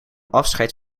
afscheid